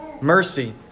mercy